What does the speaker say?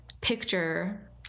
picture